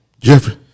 Jeffrey